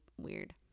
weird